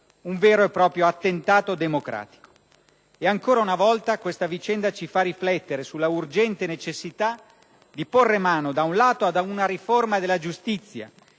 un vero e proprio attentato democratico. Ancora una volta questa vicenda ci fa riflettere sull'urgente necessità di porre mano, da un lato, ad una riforma della giustizia